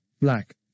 black